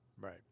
Right